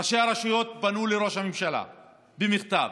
ראשי הרשויות פנו לראש הממשלה במכתב,